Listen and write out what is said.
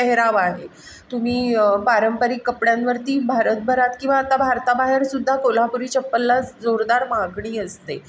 पेहरावा आहे तुम्ही पारंपरिक कपड्यांवरती भारतभरात किंवा आता भारताबाहेर सुद्धा कोल्हापुरी चप्पलला जोरदार मागणी असते